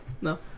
No